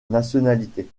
nationalités